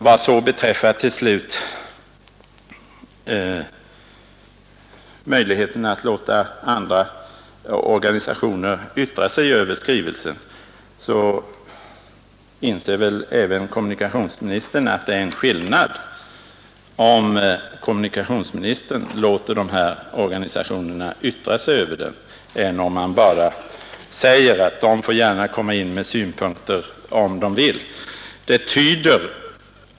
Vad så till slut beträffar möjligheten att låta andra organisationer yttra sig över skrivelsen inser väl även kommunikationsministern att det är en skillnad mellan om han låter de här organisationerna yttra sig över den och om han bara säger att de gärna får komma in med synpunkter därest de vill.